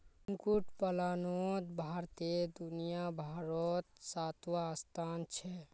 कुक्कुट पलानोत भारतेर दुनियाभारोत सातवाँ स्थान छे